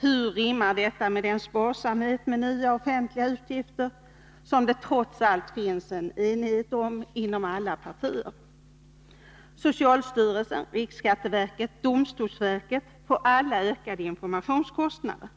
Hur rimmar detta med den sparsamhet med nya offentliga utgifter som det trots allt finns enighet om inom alla partier? Socialstyrelsen, riksskatteverket och domstolsverket får alla ökade informationskostnader.